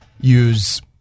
use